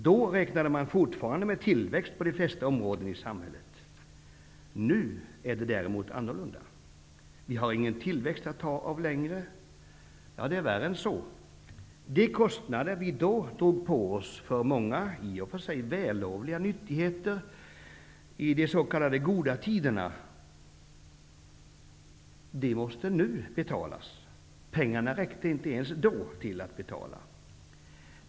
Då räknade man fortfarande med tillväxt på de flesta områden i samhället. Nu är det däremot annorlunda. Vi har ingen tillväxt att ta av längre. Ja, det är värre än så. De kostnader vi då drog på oss för många i och för sig vällovliga nyttigheter i de s.k. goda tiderna måste nu betalas. Pengarna räckte inte ens då till att betala.